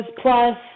plus